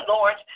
Lord